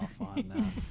on